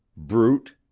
brute!